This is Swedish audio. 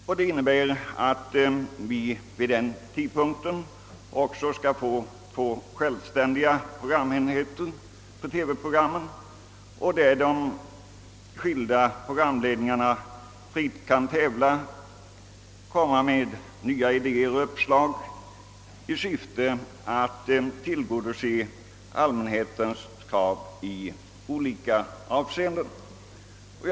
Förslaget innebär att vi kommer att få två självständiga programenheter för TV-verksamheten och att ledningarna för de båda programmen fritt skall kunna tävla med varandra och komma med nya idéer och uppslag i syfte att tillgodose allmänhetens krav i olika avseenden.